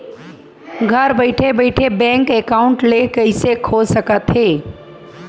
घर बइठे बइठे बैंक एकाउंट ल कइसे खोल सकथे?